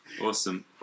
Awesome